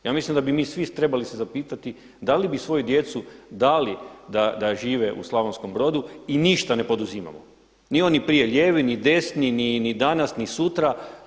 Ja mislim da bi mi svi trebali se zapitati da li bi svoju djecu dali da žive u Slavonskom Brodu i ništa ne poduzimamo, ni oni prije lijevi, ni desni, ni danas, ni sutra.